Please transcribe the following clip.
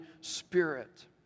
Spirit